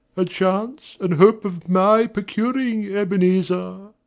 a chance and hope of my procuring, ebenezer.